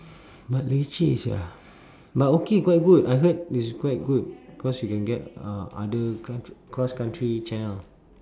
but leceh sia but okay quite good I heard it's quite good cause you can get uh other country cross country channel